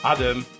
Adam